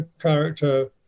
character